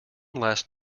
last